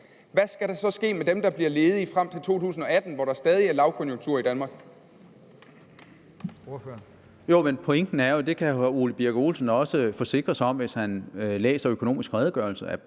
Hvad skal der så ske med dem, der bliver ledige frem til 2018, hvor der stadig er lavkonjunktur i Danmark?